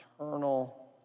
Eternal